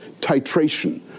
titration